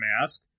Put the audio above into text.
mask